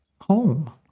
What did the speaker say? home